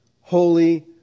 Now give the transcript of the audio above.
holy